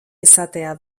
izatea